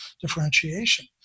differentiation